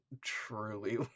truly